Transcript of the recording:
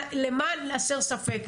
למען הסר ספק,